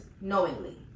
knowingly